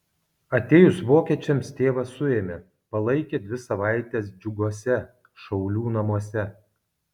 atėjus vokiečiams tėvą suėmė palaikė dvi savaites džiuguose šaulių namuose